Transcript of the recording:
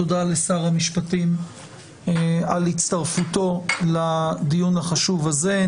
תודה לשר המשפטים על הצטרפותו לדיון החשוב הזה.